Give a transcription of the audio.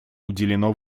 уделено